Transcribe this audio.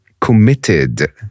committed